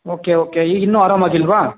okay okay ಈಗಿನ್ನೂ ಆರಾಮಾಗಿಲ್ವಾ